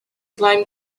climbed